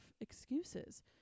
excuses